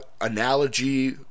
analogy